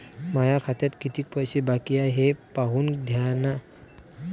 माया खात्यात कितीक पैसे बाकी हाय हे पाहून द्यान का?